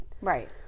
Right